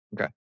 Okay